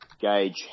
gauge